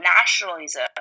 nationalism